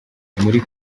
muri